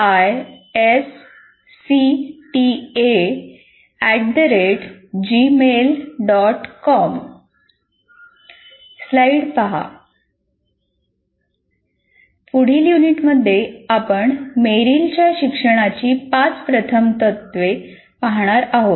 पुढील युनिटमध्ये आपण मेरिलच्या शिक्षणाची पाच प्रथम तत्त्वे पाहणार आहोत